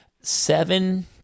Seven